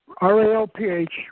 R-A-L-P-H